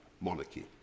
monarchy